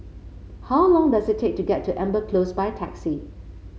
how long does it take to get to Amber Close by taxi